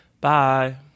Bye